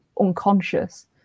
unconscious